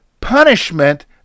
punishment